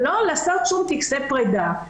לא לעשות טקסי פרידה.